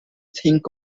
think